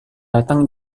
datang